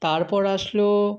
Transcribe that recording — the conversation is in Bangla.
তারপর আসলো